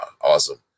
awesome